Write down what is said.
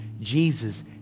Jesus